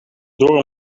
door